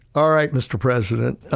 all right, mr. president,